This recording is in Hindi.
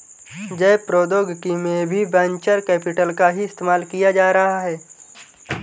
जैव प्रौद्योगिकी में भी वेंचर कैपिटल का ही इस्तेमाल किया जा रहा है